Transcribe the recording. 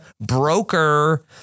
broker